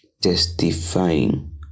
Testifying